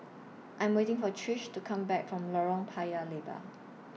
I Am waiting For Trish to Come Back from Lorong Paya Lebar